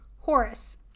Horace